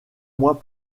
mois